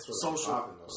social